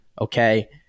Okay